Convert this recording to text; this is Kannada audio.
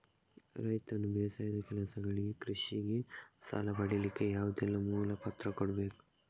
ರೈತನು ಬೇಸಾಯದ ಕೆಲಸಗಳಿಗೆ, ಕೃಷಿಗೆ ಸಾಲ ಪಡಿಲಿಕ್ಕೆ ಯಾವುದೆಲ್ಲ ಮೂಲ ಪತ್ರ ಕೊಡ್ಬೇಕು?